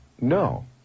No